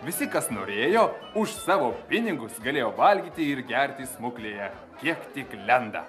visi kas norėjo už savo pinigus galėjo valgyti ir gerti smuklėje kiek tik lenda